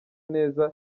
neza